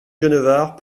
genevard